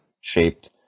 shaped